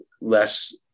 less